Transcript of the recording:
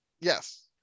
Yes